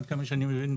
עד כמה שאני מבין,